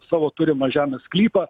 savo turimą žemės sklypą